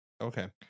okay